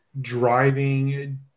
driving